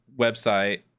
website